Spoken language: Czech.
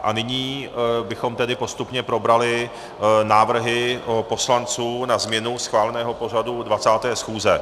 A nyní bychom tedy postupně probrali návrhy poslanců na změnu schváleného pořadu 20. schůze.